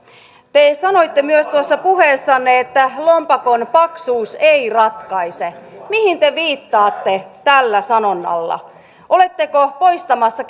te sanoitte myös tuossa puheessanne että lompakon paksuus ei ratkaise mihin te viittaatte tällä sanonnalla oletteko poistamassa